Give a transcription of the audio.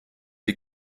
die